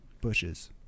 Bushes